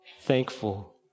thankful